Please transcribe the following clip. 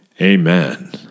Amen